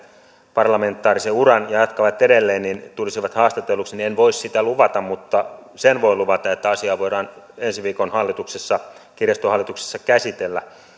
parlamentaarisen uran ja jatkavat edelleen haastatelluiksi niin en voi sitä luvata mutta sen voin luvata että asiaa voidaan ensi viikolla kirjaston hallituksessa käsitellä